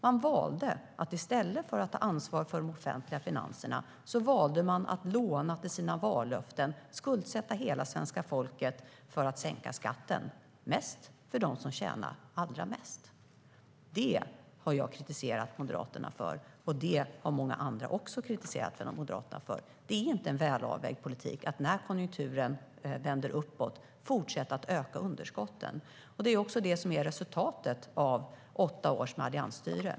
Man valde att i stället för att ta ansvar för de offentliga finanserna låna för att uppfylla sina vallöften och att skuldsätta hela svenska folket för att sänka skatten, särskilt för dem som tjänar allra mest. Det har jag kritiserat Moderaterna för, och det har också många andra gjort. Det är inte en väl avvägd politik att fortsätta att öka underskotten när konjunkturen vänder uppåt. Det är också det som är resultatet av åtta års alliansstyre.